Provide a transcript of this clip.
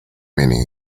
meaning